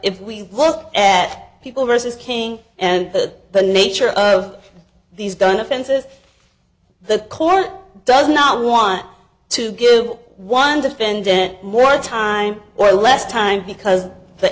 if we look at people versus king and the the nature of these gun offenses the court does not want to give one defendant more time or less time because the